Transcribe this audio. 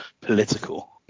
Political